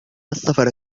السفر